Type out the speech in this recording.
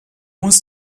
muss